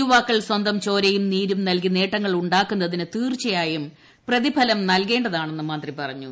യുവാക്കൾ സ്വന്തം ചോരയും നീമുപ്പിന്ൽകി നേട്ടങ്ങൾ ഉണ്ടാക്കുന്നതിന് തീർച്ചയായും പ്രതിഏലം പ്രനൽകേണ്ടതാണെന്ന് മന്ത്രി പറഞ്ഞു